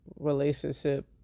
relationship